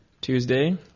Tuesday